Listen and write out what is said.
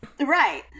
Right